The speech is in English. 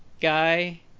guy